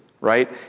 right